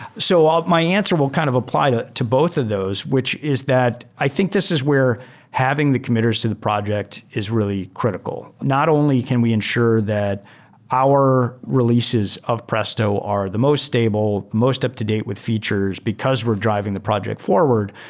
so ah my answer will kind of apply to to both of those, which is that i think this is where having the committers to the project is really critical. not only can we ensure that our releases of presto are the most stable, most up-to-date with features because we're driving the project forward.